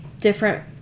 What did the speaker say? different